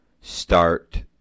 start